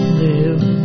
live